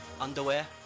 underwear